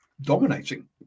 dominating